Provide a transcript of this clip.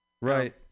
Right